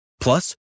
Plus